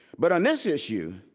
but on this issue,